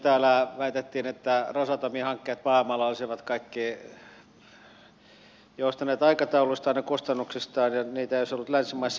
täällä väitettiin että rosatomin hankkeet maailmalla olisivat kaikki joustaneet aikatauluistaan ja kustannuksistaan ja niitä ei olisi ollut länsimaissa